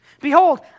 Behold